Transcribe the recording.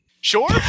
Sure